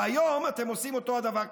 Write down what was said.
והיום אתם עושים אותו הדבר כפארסה.